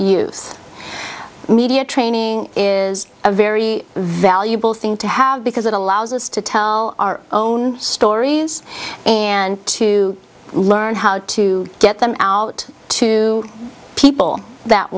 use media training is a very valuable thing to have because it allows us to tell our own stories and to learn how to get them out to people that